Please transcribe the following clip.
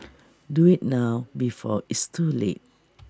do IT now before it's too late